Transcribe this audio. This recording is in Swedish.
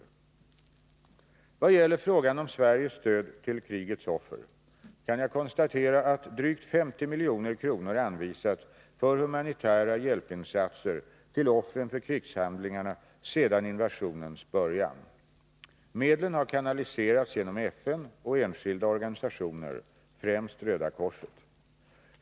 När det gäller frågan om Sveriges stöd till krigets offer kan jag konstatera att drygt 50 milj.kr. anvisats för humanitära hjälpinsatser till offren för krigshandlingarna sedan invasionens början. Medlen har kanaliserats genom FN och enskilda organisationer, främst Röda korset.